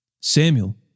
Samuel